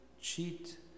cheat